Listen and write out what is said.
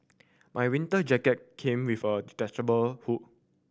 my winter jacket came with a detachable hood